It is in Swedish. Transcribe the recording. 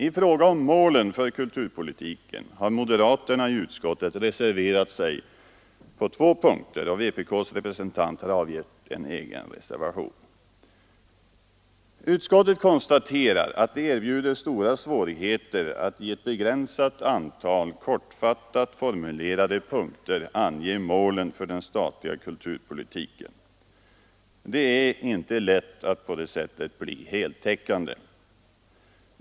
I fråga om målen för kulturpolitiken har moderaterna i utskottet reserverat sig på två punkter, och vpk:s representant har avgett en egen reservation: Utskottet konstaterar att det erbjuder stora svårigheter att i ett begränsat antal kortfattat formulerade punkter ange målen för den statliga kulturpolitiken. Det är inte lätt att på det sättet bli heltäckande.